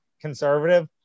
conservative